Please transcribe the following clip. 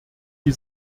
die